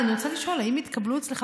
אני רוצה לשאול: האם אכן התקבלו אצלך